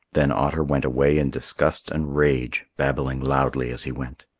then otter went away in disgust and rage, babbling loudly as he went.